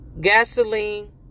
gasoline